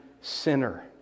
sinner